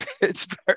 Pittsburgh